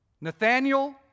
Nathaniel